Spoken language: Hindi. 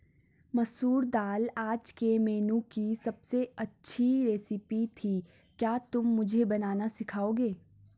मसूर दाल आज के मेनू की अबसे अच्छी रेसिपी थी क्या तुम मुझे बनाना सिखाओंगे?